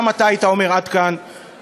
גם אתה היית אומר: עד כאן וזהו.